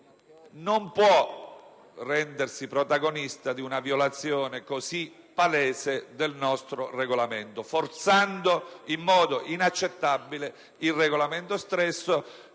non può rendersi protagonista di una violazione così palese del nostro Regolamento, forzandolo in modo inaccettabile ed introducendo una